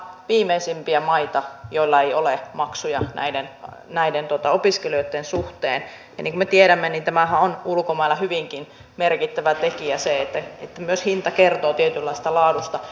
me olemme viimeisimpiä maita joilla ei ole maksuja näiden opiskelijoitten suhteen ja niin kuin me tiedämme tämähän on ulkomailla hyvinkin merkittävä tekijä se että myös hinta kertoo tietynlaisesta laadusta